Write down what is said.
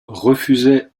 refusaient